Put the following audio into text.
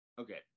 Okay